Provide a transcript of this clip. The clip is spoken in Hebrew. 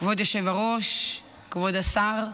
כבוד היושב-ראש, כבוד השרה,